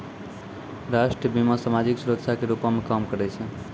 राष्ट्रीय बीमा, समाजिक सुरक्षा के रूपो मे काम करै छै